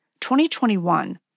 2021